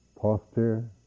posture